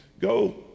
Go